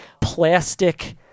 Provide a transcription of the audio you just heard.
Plastic